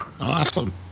Awesome